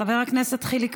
חבר הכנסת חיליק